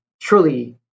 truly